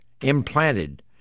Implanted